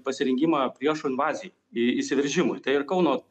pasirengimą priešo invazijai į įsiveržimui tai ir kauno